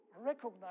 recognize